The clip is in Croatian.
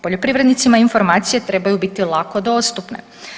Poljoprivrednicima informacije trebaju biti lako dostupne.